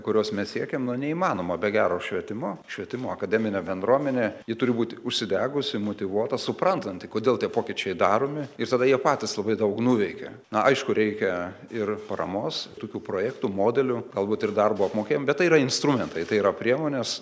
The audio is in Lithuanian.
kurios mes siekiam nu neįmanoma be gero švietimo švietimo akademinė bendruomenė ji turi būti užsidegusi motyvuota suprantanti kodėl tie pokyčiai daromi ir tada jie patys labai daug nuveikia na aišku reikia ir paramos tokių projektų modelių galbūt ir darbo apmokėjim bet tai yra instrumentai tai yra priemonės